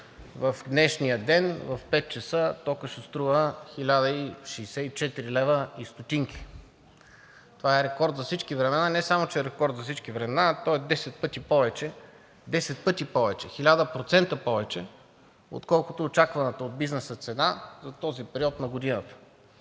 В днешния ден в 17,00 ч. токът ще струва 1064 лв. и стотинки. Това е рекорд за всички времена! Не само че е рекорд за всички времена, а той е 10 пъти повече – 1000% повече, отколкото очакваната от бизнеса цена за този период на годината.